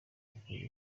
nifuza